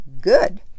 Good